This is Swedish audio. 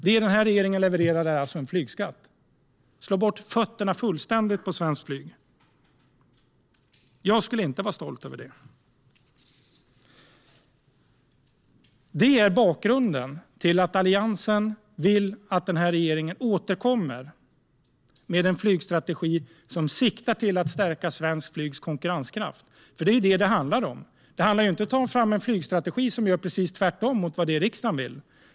Vad den här regeringen levererar är alltså en flygskatt. Det slår undan fötterna fullständigt för svenskt flyg. Jag skulle inte vara stolt över det. Detta är bakgrunden till att Alliansen vill att regeringen återkommer med en flygstrategi som siktar till att stärka svenskt flygs konkurrenskraft. Det är vad det handlar om. Det handlar inte om att ta fram en flygstrategi som gör precis tvärtom mot vad riksdagen vill.